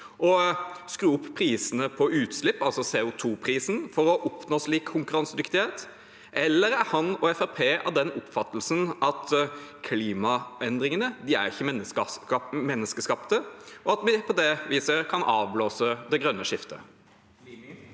skru opp prisene på utslipp, altså CO2-prisen, for å oppnå slik konkurransedyktighet? Eller er han og Fremskrittspartiet av den oppfatning at klimaendringene ikke er menneskeskapte, og at vi på det viset kan avblåse det grønne skiftet?